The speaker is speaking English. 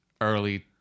early